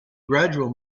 gradual